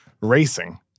racing